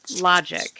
logic